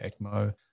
ECMO